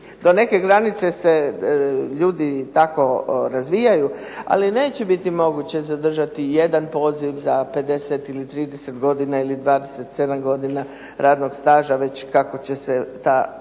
do neke granice se ljudi tako razvijaju, ali neće biti moguće zadržati jedan poziv za 50 ili 30 godina ili 27 godina radnog staža, već kako će se ta politika